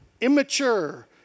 immature